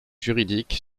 juridiques